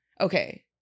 Okay